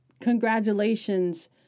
congratulations